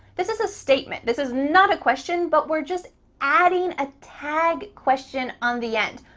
this is a statement. this is not a question, but we're just adding a tag question on the end,